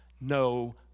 no